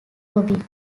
robin